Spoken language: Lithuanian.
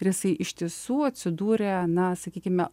ir jisai iš tiesų atsidūrė na sakykime